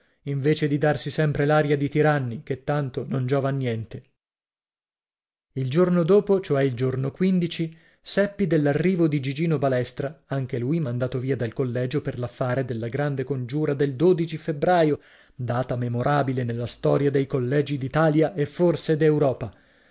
invece di darsi sempre laria di tiranni ché tanto non giova a niente il giorno dopo cioè il giorno seppi dell'arrivo di gigino balestra anche lui mandato via dal collegio per l'affare della grande congiura del febbraio data memorabile nella storia dei collegi d'italia e forse